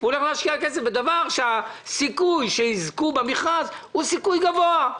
או שהוא הולך להשקיע כסף בדבר שהסיכוי שיזכו במכרז הוא סיכוי גבוה?